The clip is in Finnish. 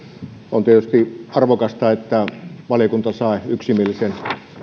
on tietysti arvokasta että valiokunta sai yksimielisen